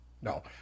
no